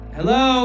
Hello